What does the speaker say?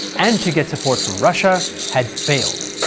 and to get support from russia, had failed.